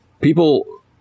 people